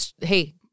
hey